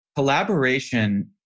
Collaboration